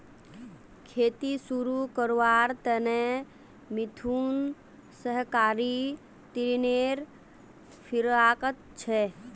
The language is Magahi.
खेती शुरू करवार त न मिथुन सहकारी ऋनेर फिराकत छ